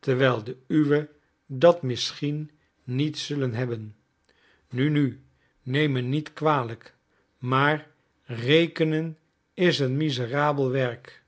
terwijl de uwen dat misschien niet zullen hebben nu nu neem me niet kwalijk maar rekenen is een miserabel werk